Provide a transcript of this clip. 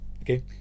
Okay